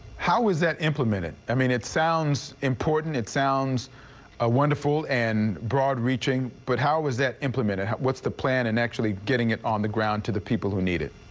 how is that implemented? i mean, it sounds important, it sounds ah wonderful, and broad reaching, but how is that implemented? what's the plan and actually getting it on the ground to the people who need it?